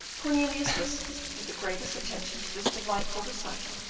cornelius listened with the greatest attention to this delightful recital,